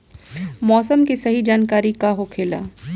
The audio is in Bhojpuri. मौसम के सही जानकारी का होखेला?